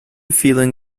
feeling